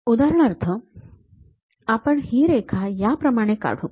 उदाहरणार्थ आपण ही रेखा या प्रमाणे काढू